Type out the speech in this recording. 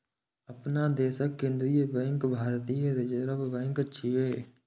अपना देशक केंद्रीय बैंक भारतीय रिजर्व बैंक छियै